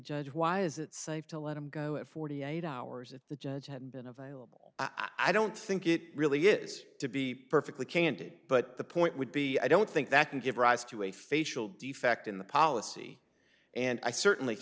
judge why is it safe to let him go at forty eight hours if the judge had been available i don't think it really is to be perfectly candid but the point would be i don't think that can give rise to a facial defect in the policy and i certainly